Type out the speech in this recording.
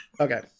Okay